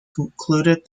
concluded